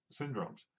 syndromes